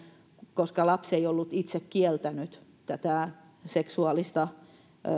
koska lapsi ei ollut itse kieltänyt tätä seksuaalista